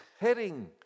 heading